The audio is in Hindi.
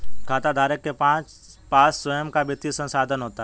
खाताधारक के पास स्वंय का वित्तीय संसाधन होता है